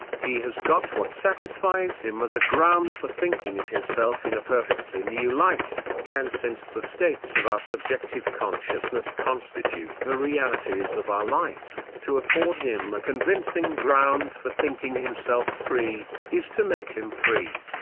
he has got what satisfies him as a ground for thinking of himself in a perfectly new light and since the states of our subjective consciousness constitute the realities of our life, to afford him a convincing ground for thinking himself free, is to make him free.